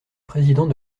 président